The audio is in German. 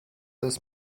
das